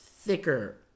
thicker